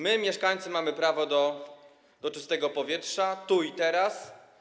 My, mieszkańcy, mamy prawo do czystego powietrza tu i teraz.